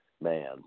man